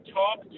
talk